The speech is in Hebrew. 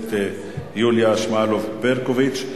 הכנסת יוליה שמאלוב-ברקוביץ.